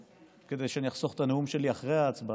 כדי שאני אחסוך את הנאום שלי אחרי ההצבעה,